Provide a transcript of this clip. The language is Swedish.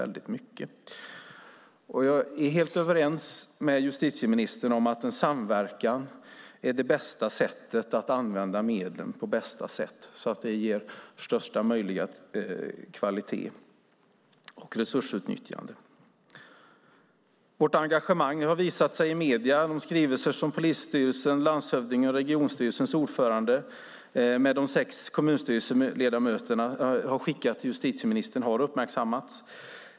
Jag är helt överens med justitieministern om att samverkan är det bästa sättet att använda medlen; det ger största möjliga kvalitet och resursutnyttjande. Vårt engagemang har visat sig i medierna. De skrivelser som polisstyrelsen, landshövdingen och regionstyrelsens ordförande tillsammans med de sex kommunstyrelseledamöterna skickat till justitieministern har uppmärksammats.